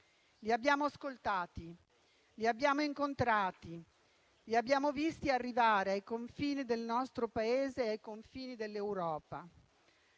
Li abbiamo ascoltati, li abbiamo incontrati, li abbiamo visti arrivare ai confini del nostro Paese e ai confini dell'Europa.